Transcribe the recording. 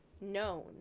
known